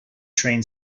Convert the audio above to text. train